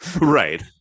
Right